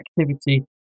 activity